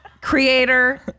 creator